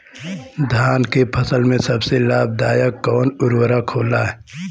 धान के फसल में सबसे लाभ दायक कवन उर्वरक होला?